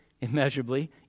immeasurably